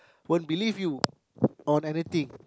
won't believe you on anything